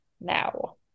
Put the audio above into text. now